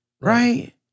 Right